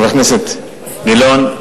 חבר הכנסת גילאון,